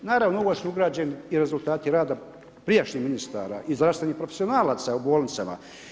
Naravno u ovo su ugrađeni i rezultati rada prijašnjih ministara i zdravstveni profesionalaca u bolnicama.